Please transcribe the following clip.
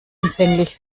empfänglich